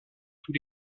tous